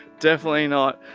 definitely not.